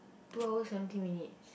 two hours seventeen minutes